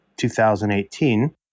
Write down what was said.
2018